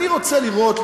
ואני רוצה לראות,